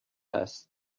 است